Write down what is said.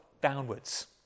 downwards